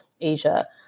Asia